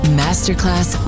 masterclass